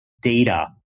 data